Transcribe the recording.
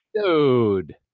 Dude